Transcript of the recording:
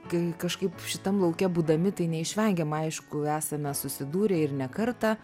kai kažkaip šitam lauke būdami tai neišvengiamai aišku esame susidūrę ir ne kartą